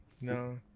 No